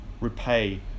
repay